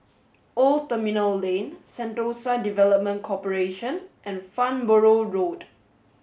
Old Terminal Lane Sentosa Development Corporation and Farnborough Road